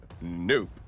nope